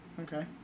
Okay